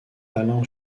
alan